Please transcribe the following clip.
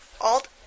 Alt